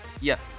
Yes